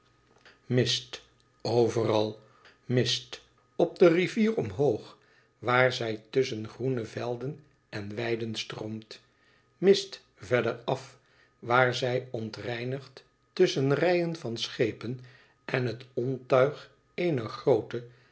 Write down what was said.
mist overal mist op de rivier omhoog waar zij tusschen groene velden en weiden stroomt mist verderaf waar zij ontreinigd tusschen rijen van schepen en het ontuig eener groote